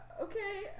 Okay